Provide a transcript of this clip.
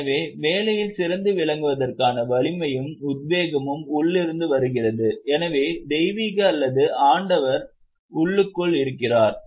எனவே வேலையில் சிறந்து விளங்குவதற்கான வலிமையும் உத்வேகமும் உள்ளிருந்து வருகிறது எனவே தெய்வீக அல்லது ஆண்டவர் உள்ளுக்குள் இருக்கிறார்